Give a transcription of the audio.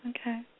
Okay